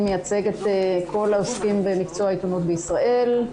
מייצג את כל העוסקים במקצוע העיתונאות בישראל.